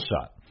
shot